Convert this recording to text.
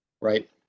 Right